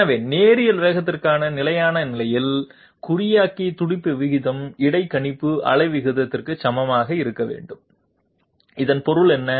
எனவே நேரியல் வேகத்திற்கான நிலையான நிலையில் குறியாக்கி துடிப்பு விகிதம் இடைக்கணிப்பு அலை விகிதத்திற்கு சமமாக இருக்க வேண்டும் இதன் பொருள் என்ன